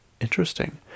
Interesting